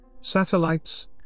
Satellites